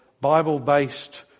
Bible-based